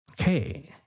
Okay